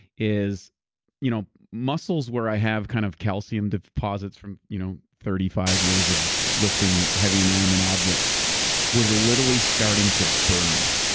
is you know muscles where i have kind of calcium deposits from you know thirty five years of lifting heavy inanimate objects were literally starting to burn.